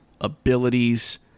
abilities